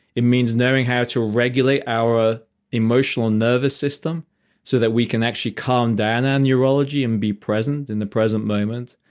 it means knowing how to regulate our emotional nervous system so that we can actually calm down our and neurology and be present in the present moment.